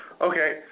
Okay